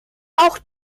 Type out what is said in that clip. auch